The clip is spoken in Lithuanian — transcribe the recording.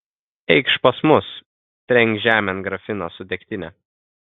eikš pas mus trenk žemėn grafiną su degtine